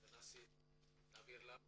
תנסי להעביר לנו בתמצית.